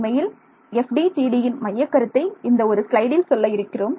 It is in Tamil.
உண்மையில் FDTDயின் மையக்கருத்தை இந்த ஒரு ஸ்லைடில் சொல்ல இருக்கிறோம்